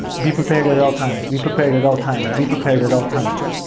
be prepared at at all times. be prepared at all times. be prepared at all times.